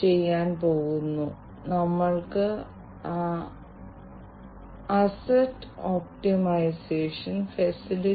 വ്യവസായങ്ങൾക്ക് വലിയ legacy machine base